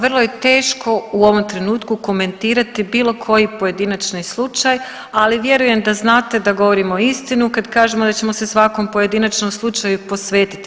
Vrlo je teško u ovom trenutku komentirati bilo koji pojedinačni slučaj, ali vjerujem da znate da govorimo istinu kad kažemo da ćemo se svakom pojedinačnom slučaju posvetiti.